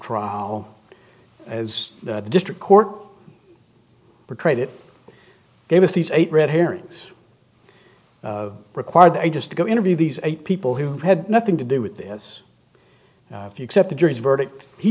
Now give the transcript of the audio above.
trial as the district court portrayed it gave us these eight red herrings require that i just go interview these eight people who had nothing to do with this if you accept the jury's verdict he